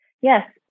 Yes